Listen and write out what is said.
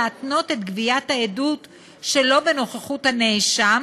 להתנות את גביית העדות שלא בנוכחות הנאשם,